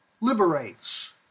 liberates